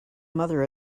mother